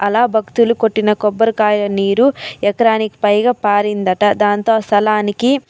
అలా భక్తులు కొట్టిన కొబ్బరికాయ నీరు ఎకరానికి పైగా పారిందట దాంతో ఆ స్థలానికి